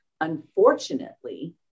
unfortunately